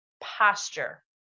posture